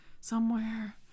somewhere